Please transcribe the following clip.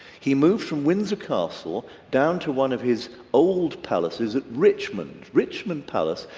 he moved from windsor castle down to one of his old palaces at richmond, richmond palace,